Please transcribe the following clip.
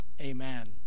Amen